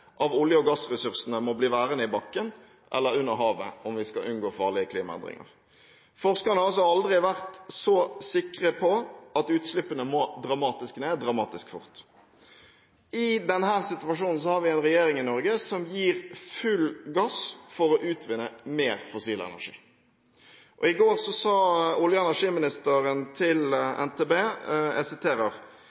av olje- og gassressursene må bli værende i bakken eller under havet om vi skal unngå farlige klimaendringer. Forskerne har aldri vært så sikre på at utslippene må dramatisk ned dramatisk fort. I denne situasjonen har vi en regjering i Norge som gir full gass for å utvinne mer fossil energi. I går sa olje- og energiministeren til NTB: